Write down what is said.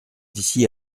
d’ici